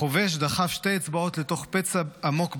החובש דחף שתי אצבעות לתוך פצע עמוק באגן,